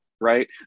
right